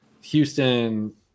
Houston